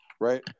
right